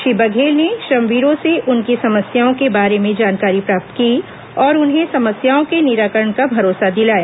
श्री बघेल ने श्रम वीरों से उनकी समस्याओं के बारे में जानकारी प्राप्त की और उन्हें समस्याओं के निराकरण का भरोसा दिलाया